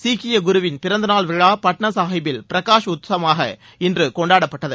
சீக்கிய குருவின் பிறந்தநாள் விழா பட்னாசாஹிபில் பிரகாஷ் உத்சவமாக இன்று கொண்டாடப்பட்டது